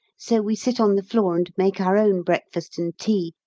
so we sit on the floor and make our own breakfast and tea,